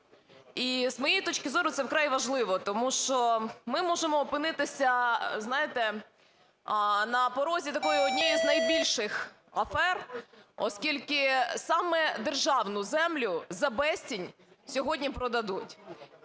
І з моєї точки зору, це вкрай важливо, тому що ми можемо опинитися, знаєте, на порозі такої однієї з найбільших афер, оскільки саме держану землю за безцінь сьогодні продадуть.